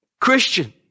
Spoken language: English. Christian